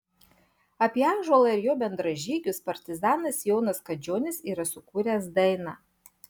apie ąžuolą ir jo bendražygius partizanas jonas kadžionis yra sukūręs dainą